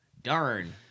Darn